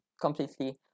completely